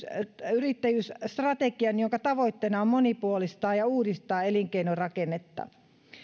yrittäjyysstrategian jonka tavoitteena on monipuolistaa ja uudistaa elinkeinorakennetta